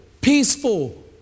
peaceful